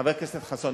חבר הכנסת חסון,